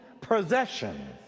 possession